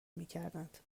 میکردند